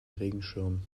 regenschirm